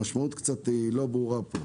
המשמעות פה באמת קצת לא ברורה פה.